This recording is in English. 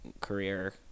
career